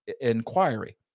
inquiry